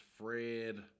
Fred